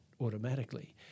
automatically